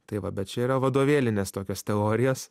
tai va bet čia yra vadovėlinės tokios teorijos